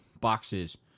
boxes